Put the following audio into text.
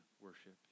worship